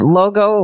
logo